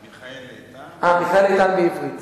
מיכאל איתן, אה, מיכאל איתן, בעברית.